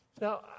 Now